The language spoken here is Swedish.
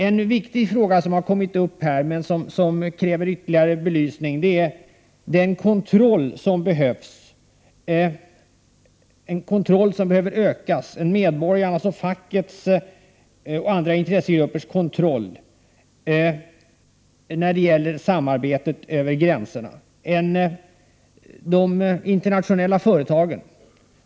En viktig fråga som kommit upp i debatten men som kräver ytterligare belysning är fackets och andra intressegruppers ökade kontroll av samarbetet över gränserna.